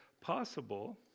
possible